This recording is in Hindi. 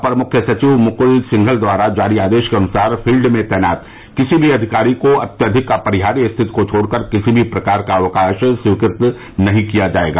अपर मुख्य सचिव मुकुल सिंघल द्वारा जारी आदेश के अनुसार फील्ड में तैनात किसी भी अधिकारी को अत्यधिक अपरिहार्य स्थिति को छोडकर किसी भी प्रकार का अवकाश स्वीकृत नहीं किया जायेगा